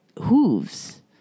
hooves